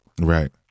right